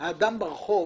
האדם ברחוב